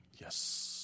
Yes